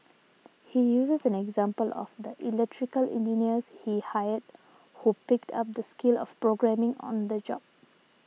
he uses an example of the electrical engineers he hired who picked up the skill of programming on the job